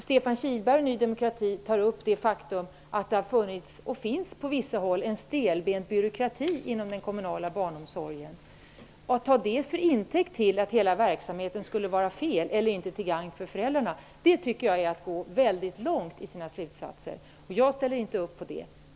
Stefan Kihlberg och Ny demokrati tar upp det faktum att det på vissa håll har funnits och finns en stelbent byråkrati inom den kommunala barnomsorgen. Att man tar det till intäkt för att hela verksamheten skulle vara fel eller inte vara till gagn för föräldrarna är att gå väldigt långt i sina slutsatser. Jag ställer inte upp på det.